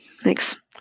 Thanks